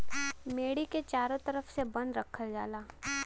मेड़ी के चारों तरफ से बंद रखल जाला